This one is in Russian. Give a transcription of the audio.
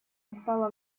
настало